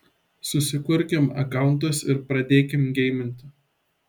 susikurkim akauntus ir pradėkim geiminti